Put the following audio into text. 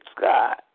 God